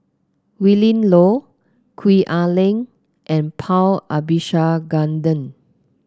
Willin Low Gwee Ah Leng and Paul Abisheganaden